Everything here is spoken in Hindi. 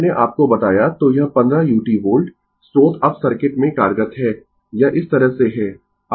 कि मैंने आपको बताया तो यह 15 u वोल्ट स्रोत अब सर्किट में कार्यरत है यह इस तरह से है